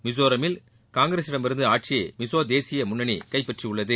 மிசோரமில் காங்கிரஸிடமிருந்து ஆட்சியை மிசோ தேசிய முன்னணி கைப்பற்றியுள்ளது